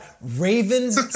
Ravens